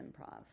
improv